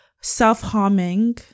self-harming